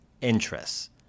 interests